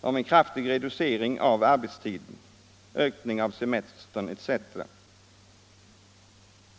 om en kraftig reducering av arbetstiden, ökning av semestern etc.